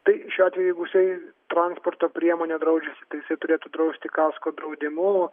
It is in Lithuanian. tai šiuo atveju jeigu jisai transporto priemonę draudžiasi jisai turėtų drausti kasko draudimu